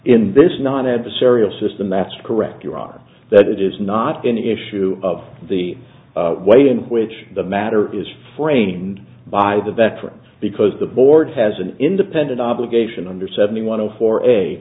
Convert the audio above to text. in this non adversarial system that's correct your honor that it is not an issue of the way in which the matter is framed by the veterans because the board has an independent obligation under seventy one for a